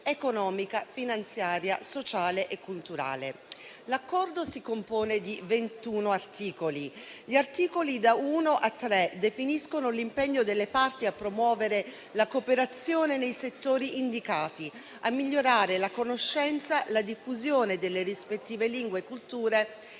economica, finanziaria, sociale e culturale. L’Accordo si compone di 21 articoli. Gli articoli da 1 a 3 definiscono l’impegno delle parti a promuovere la cooperazione nei settori indicati; a migliorare la conoscenza e la diffusione delle rispettive lingue e culture